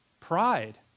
Pride